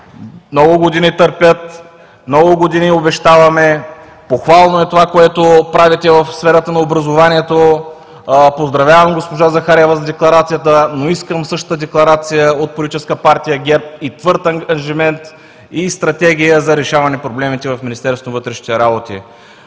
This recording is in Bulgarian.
Много години търпят, много години обещаваме. Похвално е това, което правите в сферата на образованието. Поздравявам госпожа Захариева за декларацията, но искам същата декларация от Политическа партия ГЕРБ и твърд ангажимент, и стратегия за решаване проблемите в